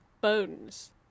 bones